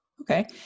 Okay